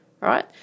right